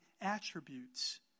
attributes